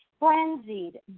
frenzied